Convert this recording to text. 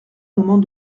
moment